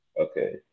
okay